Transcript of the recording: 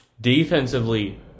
Defensively